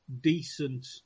decent